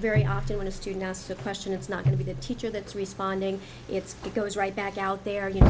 very often when a student asks a question it's not going to be the teacher that's responding it's it goes right back out there you